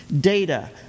data